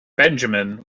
benjamin